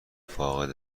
فاقد